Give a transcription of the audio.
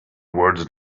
words